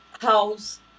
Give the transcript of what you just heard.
house